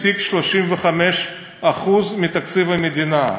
0.35% מתקציב המדינה.